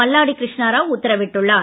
மல்லாடி கிருஷ்ணா ராவ் உத்தரவிட்டுள்ளார்